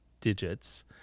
digits